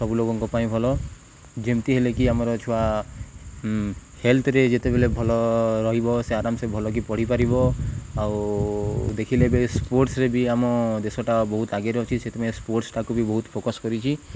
ସବୁ ଲୋକଙ୍କ ପାଇଁ ଭଲ ଯେମିତି ହେଲେକି ଆମର ଛୁଆ ହେଲ୍ଥରେ ଯେତେବେଳେ ଭଲ ରହିବ ସେ ଆରାମସେ ଭଲକି ପଢ଼ିପାରିବ ଆଉ ଦେଖିଲେ ବି ସ୍ପୋର୍ଟସ୍ରେ ବି ଆମ ଦେଶଟା ବହୁତ ଆଗେରେ ଅଛି ସେଥିପାଇଁ ସ୍ପୋର୍ଟସ୍ଟାକୁ ବି ବହୁତ ଫୋକସ୍ କରିଛି